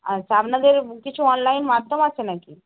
আচ্ছা আপনাদের কিছু অনলাইন মাধ্যম আছে নাকি